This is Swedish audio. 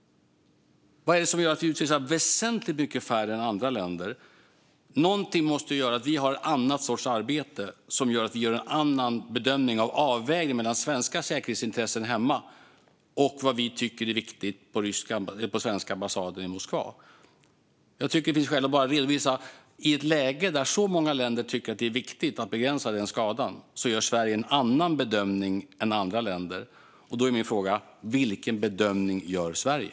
Vad är det som gör att vi utvisar väsentligt många färre än andra länder? Någonting måste ju göra att vi har en annan sorts arbete som innebär att vi gör en annan bedömning av avvägningen mellan svenska säkerhetsintressen hemma och vad vi tycker är viktigt på den svenska ambassaden i Moskva. Jag tycker att det finns skäl att redovisa det. I ett läge där så många länder tycker att det är viktigt att begränsa den skadan gör Sverige en annan bedömning än andra länder. Då är min fråga: Vilken bedömning gör Sverige?